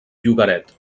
llogaret